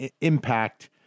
impact